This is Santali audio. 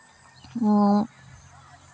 ᱱᱚᱣᱟ